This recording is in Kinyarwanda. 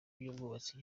by’ubwubatsi